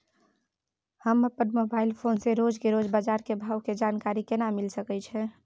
हम अपन mobile phone से रोज के रोज बाजार के भाव के जानकारी केना मिल सके छै?